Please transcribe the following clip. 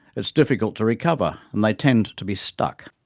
it is difficult to recover, and they tend to be stuck.